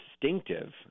distinctive